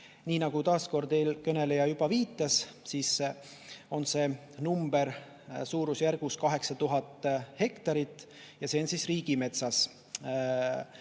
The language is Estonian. Nii nagu taas kord eelkõneleja juba viitas, on see number suurusjärgus 8000 hektarit ja see on riigimetsas